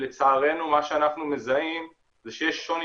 לצערנו מה שאנחנו מזהים זה שיש שוני